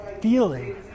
feeling